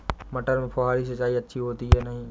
मटर में फुहरी सिंचाई अच्छी होती है या नहीं?